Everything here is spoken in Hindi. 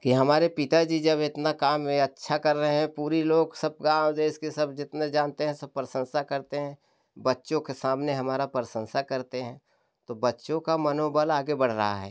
कि हमारे पिता जी जब इतना काम अच्छा कर रहे हैं पूरी लोग सब गाँव देश के सब जितने जानते हैं सब प्रशंसा करते हैं बच्चों से सामने हमारा प्रशंसा तो बच्चों का मनोबल आगे बढ़ रहा है